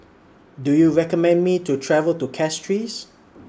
Do YOU recommend Me to travel to Castries